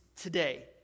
today